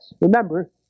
Remember